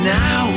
now